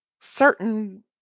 certain